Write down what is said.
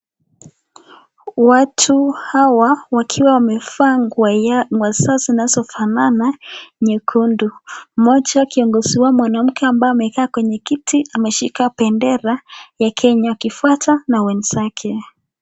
Watu wakiwa wamevaa nguo zinazofanana nyekundu, mmoja kiongozi wao mwanamke ambaye amekaa kwenye kiti ameshika bendera ya Kenya akifuatwa na wenzake.